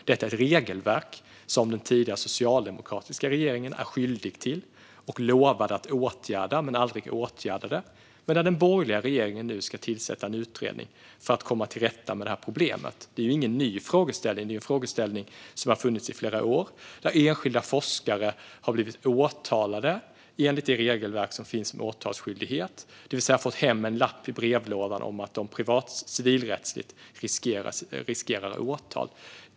Detta är ett regelverk som den socialdemokratiska regeringen är skyldig till och som man lovade att åtgärda men aldrig åtgärdade. Nu ska den borgerliga regeringen tillsätta en utredning för att komma till rätta med problemet. Det här är ingen ny frågeställning utan en frågeställning som har funnits i flera år, där enskilda forskare har blivit åtalade enligt det regelverk som finns med åtalsskyldighet, det vill säga de har fått hem en lapp i brevlådan om att de riskerar civilrättsligt åtal.